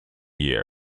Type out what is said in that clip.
year